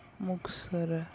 Muktsar